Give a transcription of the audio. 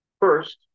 First